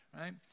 right